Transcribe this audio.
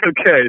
Okay